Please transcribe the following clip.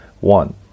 One